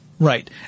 Right